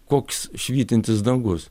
koks švytintis dangus